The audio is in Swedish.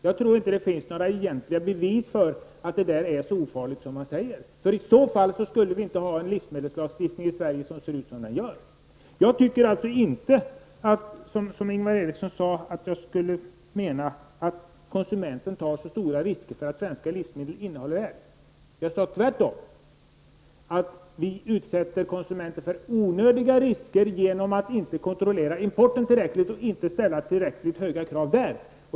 Jag tror inte att det finns några egentliga bevis för att det är så ofarligt som man säger, för i så fall skulle vi inte ha en livsmedelslagstiftning i Sverige som ser ut som den gör. Jag tycker alltså inte, som Ingvar Eriksson sade att jag skulle mena, att konsumenterna tar stora risker därför att svenska livsmedel innehåller tillsatsmedel. Jag sade tvärtom att vi utsätter konsumenten för onödiga risker genom att inte kontrollera importen och inte ställa tillräckligt höga krav där.